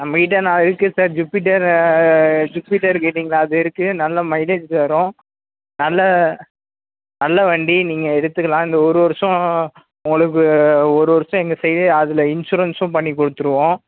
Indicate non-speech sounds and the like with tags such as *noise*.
நம்மகிட்ட நா இருக்குது சார் ஜூபிடர் ஜூபிடர் கேட்டீங்கள்லை அது இருக்குது நல்ல மைலேஜ் தரும் நல்ல நல்ல வண்டி நீங்கள் எடுத்துக்கலாம் இந்த ஒரு வருஷம் உங்களுக்கு ஒரு வருஷம் இங்கே *unintelligible* அதில் இன்ஷுரன்ஸும் பண்ணி கொடுத்துருவோம்